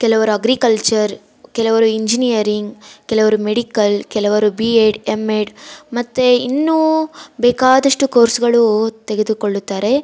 ಕೆಲವರು ಅಗ್ರಿಕಲ್ಚರ್ ಕೆಲವರು ಇಂಜಿನಿಯರಿಂಗ್ ಕೆಲವರು ಮೆಡಿಕಲ್ ಕೆಲವರು ಬಿ ಎಡ್ ಎಮ್ ಎಡ್ ಮತ್ತೆ ಇನ್ನೂ ಬೇಕಾದಷ್ಟು ಕೋರ್ಸ್ಗಳು ತೆಗೆದುಕೊಳ್ಳುತ್ತಾರೆ